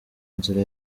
nzira